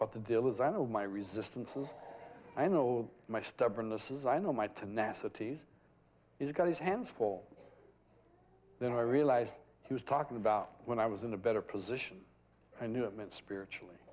what the deal is i know my resistances i know my stubbornness is i know might tenacity he's got his hands full then i realized he was talking about when i was in a better position i knew it meant spiritually